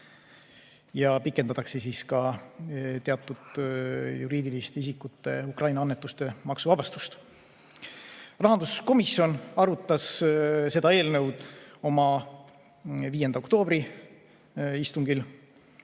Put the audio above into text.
ja pikendatakse ka teatud juriidilistele isikutele [laekuvate] Ukraina annetuste maksuvabastust. Rahanduskomisjon arutas seda eelnõu oma 5. oktoobri istungil.